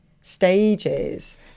stages